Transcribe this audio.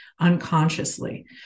unconsciously